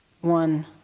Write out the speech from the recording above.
one